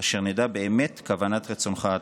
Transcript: אשר נדע באמת כוונת רצונך הטוב: